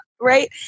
right